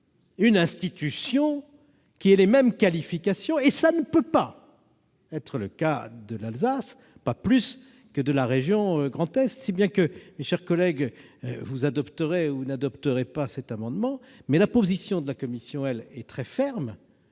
une institution dotée des mêmes qualifications, et cela ne peut pas être le cas de l'Alsace, pas plus que de la région Grand Est. Si bien que, mes chers collègues, vous adopterez ou non cet amendement, mais la position de la commission est, elle, très ferme